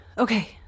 Okay